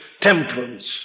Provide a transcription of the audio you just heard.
temperance